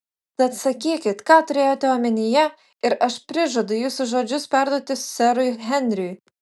tad sakykit ką turėjote omenyje ir aš prižadu jūsų žodžius perduoti serui henriui